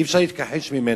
שאי-אפשר להתכחש לה,